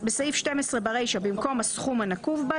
בסעיף 12 ברישא במקום הסכום הנקוב בו,